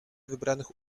wybranych